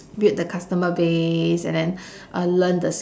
build the customer base and then uh learn the